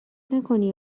نکنی